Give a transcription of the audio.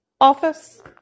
office